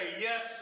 yes